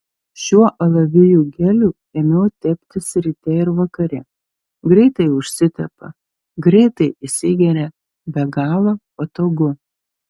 šiuo alavijų geliu ėmiau teptis ryte ir vakare greitai užsitepa greitai įsigeria be galo patogu